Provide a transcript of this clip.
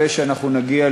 ואפילו,